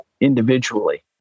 individually